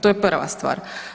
To je prva stvar.